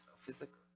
physical